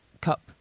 cup